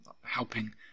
helping